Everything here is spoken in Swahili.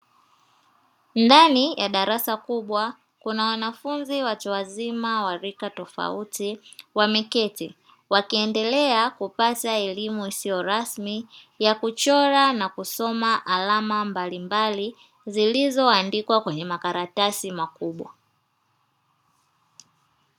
Ndani ya darasa kubwa kuna wanafunzi watu wazima wa rika tofautitofauti wameketi, wakiendelea kupata elimu isiyo rasmi ya kuchora na kusoma alama mbalimbali zilizoandikwa kwenye makaratasi makubwa.